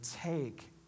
take